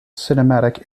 cinematic